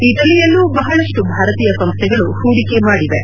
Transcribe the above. ಇಟಲಿಯಲ್ಲೂ ಬಹಳಷ್ಟು ಭಾರತೀಯ ಸಂಸ್ಥೆಗಳು ಹೂಡಿಕೆ ಮಾಡಿವೆ